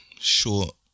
Short